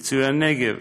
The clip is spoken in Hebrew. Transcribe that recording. "מצוינגב"